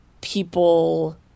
people